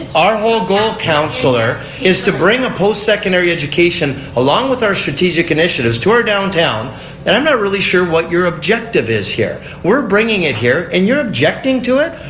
our whole goal councillor is to bring a post secondary education along with our strategic initiatives to our downtown and i'm not really sure what your objective is here. we're bringing it here and you're objecting to it.